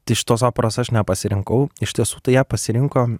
tai šitos operos aš nepasirinkau iš tiesų tai ją pasirinko